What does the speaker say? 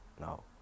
No